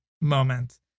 moment